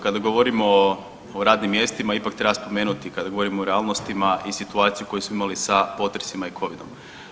Kada govorimo o radnim mjestima ipak treba spomenuti kada govorimo o realnostima i situaciju koju smo imali sa potresima i covidom.